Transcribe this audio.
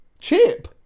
chip